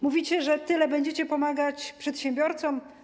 Mówicie, że tyle będziecie pomagać przedsiębiorcom.